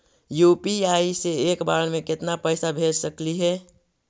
UPI से एक बार मे केतना पैसा भेज सकली हे?